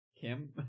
Kim